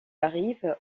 arrive